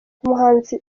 umuhanzi